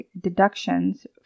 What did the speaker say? deductions